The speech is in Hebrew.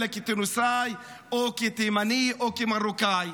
אלא כתוניסאי או כתימני או כמרוקאי?